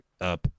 up